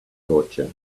torture